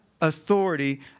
authority